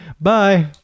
Bye